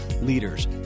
leaders